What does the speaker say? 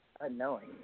annoying